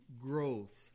growth